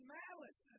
malice